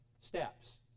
steps